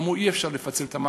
אמרו: אי-אפשר לפצל את המע"מ.